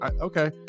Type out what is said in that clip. okay